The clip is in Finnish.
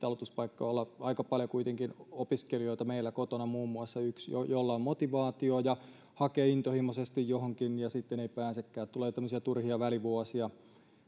niitä aloituspaikkoja olla aika paljon on kuitenkin opiskelijoita meillä kotona muun muassa yksi joilla on motivaatiota ja jotka hakevat intohimoisesti johonkin ja sitten eivät pääsekään tulee tämmöisiä turhia välivuosia